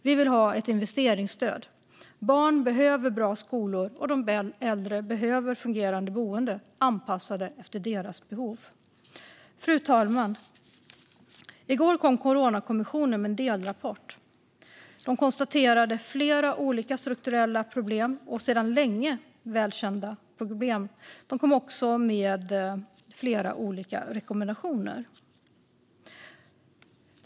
Vi vill ha ett investeringsstöd. Barn behöver bra skolor, och de äldre behöver fungerande boenden anpassade efter deras behov. Fru talman! I går kom Coronakommissionen med en delrapport. Den konstaterar flera olika strukturella, och sedan länge välkända, problem. Den gav också flera olika rekommendationer.